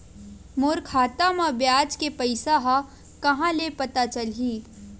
मोर खाता म ब्याज के पईसा ह कहां ले पता चलही?